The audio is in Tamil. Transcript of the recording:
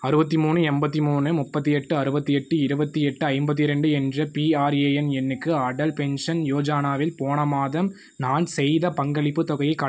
அறுபத்தி மூணு எண்பத்தி மூணு முப்பத்தி எட்டு அறுபத்தி எட்டு இருபத்தி எட்டு ஐம்பத்தி ரெண்டு என்ற பிஆர்ஏஎன் எண்ணுக்கு அடல் பென்ஷன் யோஜனாவில் போன மாதம் நான் செய்த பங்களிப்பு தொகையை காட்டு